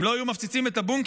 הם לא היו מפציצים את הבונקרים?